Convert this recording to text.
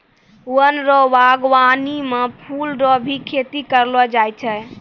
वन रो वागबानी मे फूल रो भी खेती करलो जाय छै